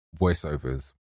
voiceovers